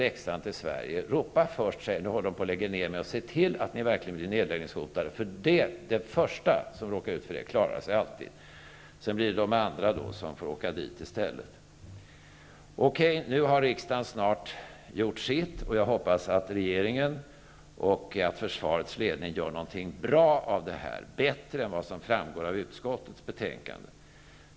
Läxan till Sverige är alltså: Var först med att ropa ''Nu håller de på att lägga ned mig'', och se till att ni verkligen blir nedläggningshotade, för den första som råkar ut för det klarar sig alltid. Det blir sedan de andra som får åka dit i stället. Okej, nu har riksdagen snart gjort sitt, och jag hoppas att regeringen och försvarets ledning gör någonting bra av det här, någonting bättre än det som framgår av utskottets betänkande.